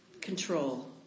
Control